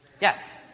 Yes